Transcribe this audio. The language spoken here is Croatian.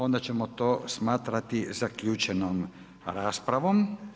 Onda ćemo to smatrati zaključenom raspravom.